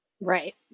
Right